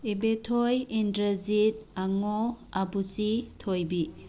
ꯏꯕꯦꯊꯣꯏ ꯏꯟꯗ꯭ꯔꯖꯤꯠ ꯑꯪꯉꯣ ꯑꯕꯨꯆꯤ ꯊꯣꯏꯕꯤ